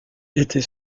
était